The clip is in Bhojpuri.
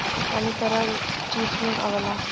पानी तरल चीज में आवला